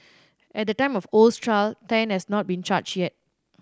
at the time of Oh's trial Tan has not been charged yet